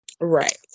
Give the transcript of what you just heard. Right